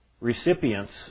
recipients